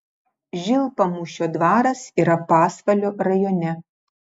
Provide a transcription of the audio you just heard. žilpamūšio dvaras yra pasvalio rajone